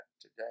today